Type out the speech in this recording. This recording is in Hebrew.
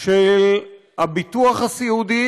של הביטוח הסיעודי,